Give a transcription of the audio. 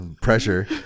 pressure